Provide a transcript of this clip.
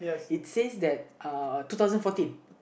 it says that uh two thousand fourteen